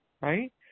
Right